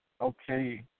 okay